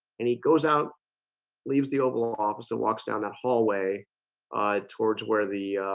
and he goes out leaves the oval office and walks down that hallway towards where the